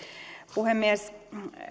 puhemies